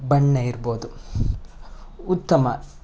ಬಣ್ಣ ಇರ್ಬೋದು ಉತ್ತಮ